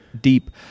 deep